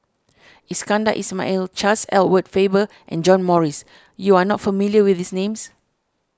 Iskandar Ismail Charles Edward Faber and John Morrice you are not familiar with these names